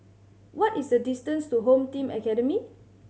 what is the distance to Home Team Academy